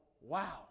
wow